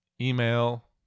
email